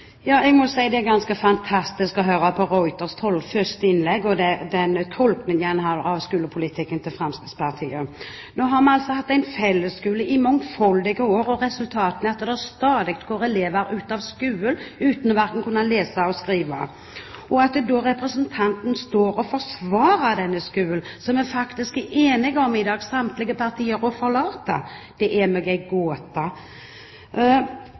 ganske fantastisk å høre på de Ruiters første innlegg og den tolkningen han har av Fremskrittspartiets skolepolitikk. Nå har vi hatt en fellesskole i mangfoldige år, og resultatet er at det stadig går elever ut av skolen uten å kunne verken lese eller skrive. At representanten da står og forsvarer denne skolen, som faktisk samtlige partier er enige om å forlate, er meg en gåte. I Utdanningslinja er vi i dag enige om viktigheten av faktisk å stille krav til elevene. Det